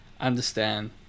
understand